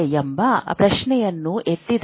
ಎಂಬ ಪ್ರಶ್ನೆಯನ್ನು ಎತ್ತಿದರೆ